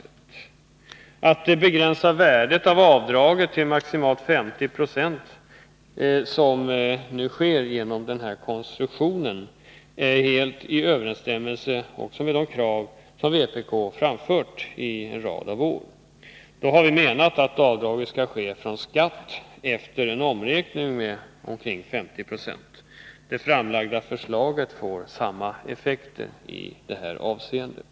Att begränsa värdet av avdraget till maximalt 50 26, som sker enligt den här konstruktionen, är helt i överensstämmelse med de krav som vpk har framfört under en rad av år. Då har vi menat att avdraget skall ske från skatt efter en omräkning med ungefär 50 20. Det framlagda förslaget får samma effekt i detta avseende.